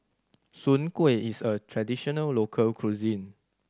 soon kway is a traditional local cuisine